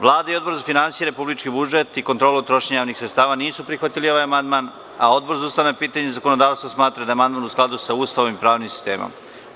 Vlada i Odbor za finansije, republički budžet i kontrolu trošenja javnih sredstava nisu prihvatili amandman, a Odbor za ustavna pitanja smatra da je amandmanu skladu sa Ustavom i pravnim sistemom RS.